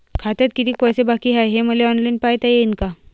खात्यात कितीक पैसे बाकी हाय हे मले ऑनलाईन पायता येईन का?